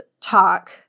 talk